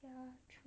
ya true